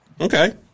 Okay